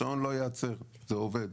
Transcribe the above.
השעון לא ייעצר, זה עובד.